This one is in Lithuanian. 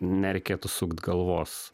nereikėtų sukt galvos